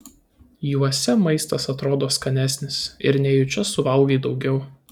juose maistas atrodo skanesnis ir nejučia suvalgai daugiau